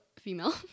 female